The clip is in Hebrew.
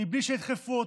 מבלי שידחפו אותו.